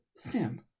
Sim